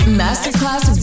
masterclass